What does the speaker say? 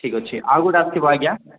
ଠିକ୍ ଅଛି ଆଉ ଗୋଟେ ଆସିଥିବ ଆଜ୍ଞା